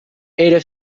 era